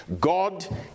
god